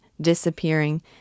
disappearing